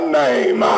name